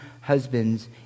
husbands